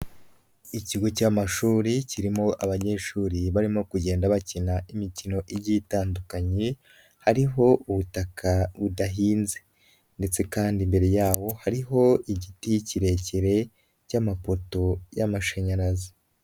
Ikigo cy'amashuri kirimo abanyeshuri barimo kugenda bakina imikino igiye itandukanye, hariho ubutaka budahinze ndetse kandi imbere yaho hariho igiti kirekire cy'amapoto y'amashanyarazi.